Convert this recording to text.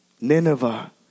Nineveh